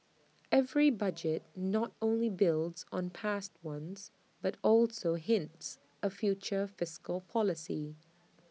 every budget not only builds on past ones but also hints A future fiscal policy